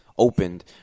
opened